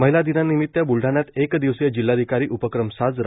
महिला दिनानिमित्त ब्लढाण्यात एक दिवसीय जिल्हाधिकारी उपक्रम साजरा